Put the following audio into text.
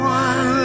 one